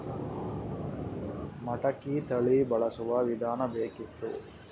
ಮಟಕಿ ತಳಿ ಬಳಸುವ ವಿಧಾನ ಬೇಕಿತ್ತು?